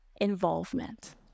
involvement